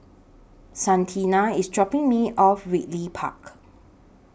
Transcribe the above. Santina IS dropping Me off Ridley Park